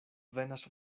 venas